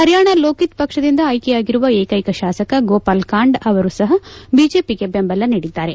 ಹರಿಯಾಣ ಲೋಕಿತ್ ಪಕ್ಷದಿಂದ ಆಯ್ತೆಯಾಗಿರುವ ಏಕ್ಷೆಕ ಶಾಸಕ ಗೋಪಾಲ್ ಕಾಂಡ ಅವರೂ ಸಹ ಬಿಜೆಪಿಗೆ ಬೆಂಬಲ ನೀಡಿದ್ದಾರೆ